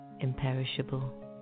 imperishable